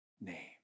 name